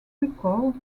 recalled